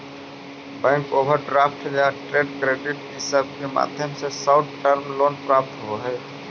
bank overdraft या trade credit इ सब के माध्यम से शॉर्ट टर्म लोन प्राप्त होवऽ हई